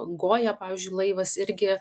goja pavyzdžiui laivas irgi